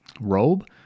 robe